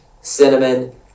cinnamon